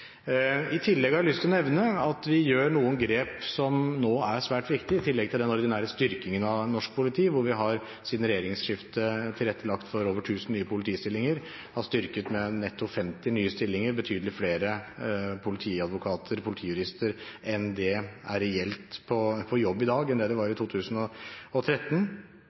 I tillegg har jeg lyst til å nevne at vi gjør noen grep som nå er svært viktige. I tillegg til den ordinære styrkingen av norsk politi, hvor vi siden regjeringsskiftet har tilrettelagt for over 1 000 nye politistillinger, har vi styrket med netto 50 nye stillinger, og betydelig flere politiadvokater og politijurister er reelt på jobb i dag enn det var i